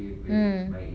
mm